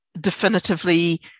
definitively